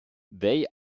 they